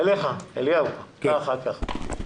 ח"כ אליהו חסיד בבקשה.